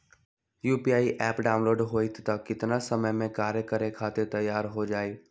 UPI app download होई त कितना समय मे कार्य करे खातीर तैयार हो जाई?